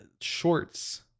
shorts